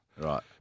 Right